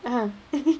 (uh huh)